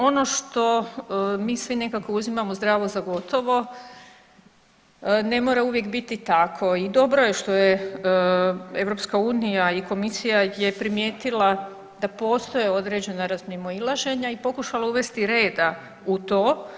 Ono što mi svi nekako uzimamo zdravo za gotovo ne mora uvijek biti tako i dobro je što je EU i Komisija je primijetila da postoje određena razmimoilaženja i pokušala uvesti reda u to.